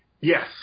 Yes